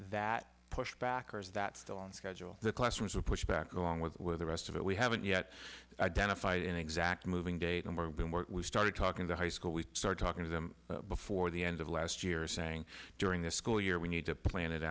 that pushback or is that still on schedule the classrooms were pushed back along with the rest of it we haven't yet identified an exact moving date and we started talking to high school we start talking to them before the end of last year is saying during the school year we need to plan it